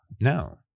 No